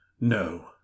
No